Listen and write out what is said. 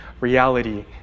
reality